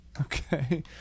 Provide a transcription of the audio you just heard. Okay